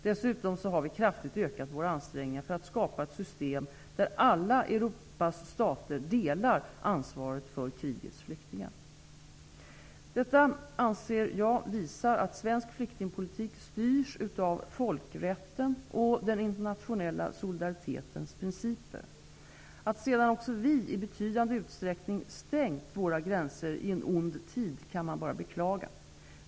Dessutom har vi kraftigt ökat våra ansträngningar för att skapa ett system där alla Europas stater delar ansvaret för krigets flyktingar. Detta anser jag visar att svensk flyktingpolitik styrs av folkrätten och den internationella solidaritetens principer. Att sedan också vi i betydande utsträckning stängt våra gränser i en ond tid kan man bara beklaga.